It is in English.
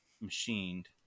machined